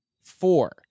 four